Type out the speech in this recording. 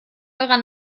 eurer